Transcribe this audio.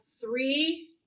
three